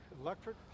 electric